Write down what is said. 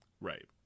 Right